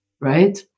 right